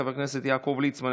חבר הכנסת יעקב ליצמן,